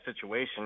situation